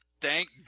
Thank